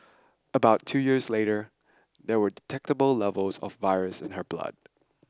about two years later there were detectable levels of virus in her blood